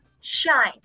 shine